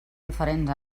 diferents